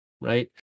right